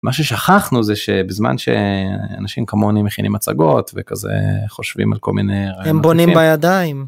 מה ששכחנו זה שבזמן שאנשים כמוני מכינים מצגות וכזה חושבים על כל מיני, הם בונים בידיים.